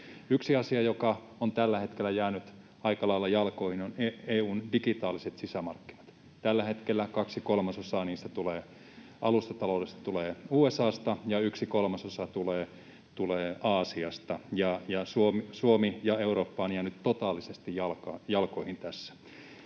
Yksi asia, joka on tällä hetkellä jäänyt aika lailla jalkoihin, on EU:n digitaaliset sisämarkkinat. Tällä hetkellä kaksi kolmasosaa alustataloudesta tulee USA:sta ja yksi kolmasosa tulee Aasiasta, ja Suomi ja Eurooppa ovat jääneet totaalisesti jalkoihin tässä.